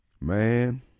man